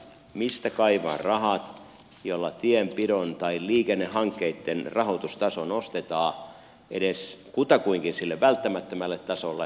mistä kaivaa rahat joilla tienpidon tai liikennehankkeitten rahoitustaso nostetaan edes kutakuinkin sille välttämättömälle tasolle